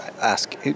ask